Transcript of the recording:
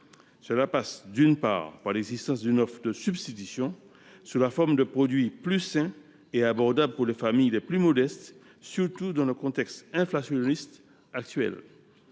Cela passe, d’une part, par l’existence d’une offre de substitution sous la forme de produits plus sains et abordables pour les familles les plus modestes, surtout dans le contexte inflationniste actuel,